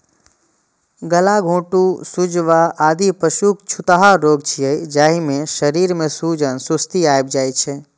गलाघोटूं, सुजवा, आदि पशुक छूतहा रोग छियै, जाहि मे शरीर मे सूजन, सुस्ती आबि जाइ छै